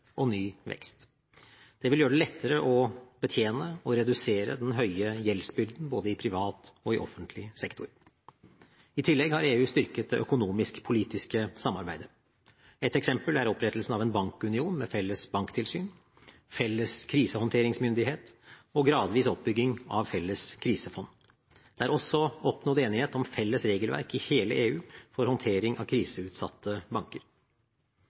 og ny vekst. Det vil gjøre det lettere å betjene og redusere den høye gjeldsbyrden både i privat og i offentlig sektor. I tillegg har EU styrket det økonomisk-politiske samarbeidet. Et eksempel er opprettelsen av en bankunion med felles banktilsyn, felles krisehåndteringsmyndighet og gradvis oppbygging av felles krisefond. Det er også oppnådd enighet om felles regelverk i hele EU for håndtering av kriseutsatte banker.